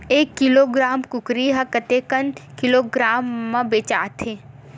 एक किलोग्राम कुकरी ह कतेक किलोग्राम म बेचाथे?